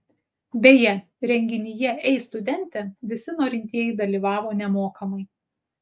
beje renginyje ei studente visi norintieji dalyvavo nemokamai